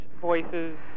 voices